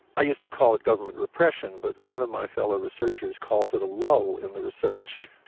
i used to call it government repression, but one of my fellow researchers calls it a lull in the research.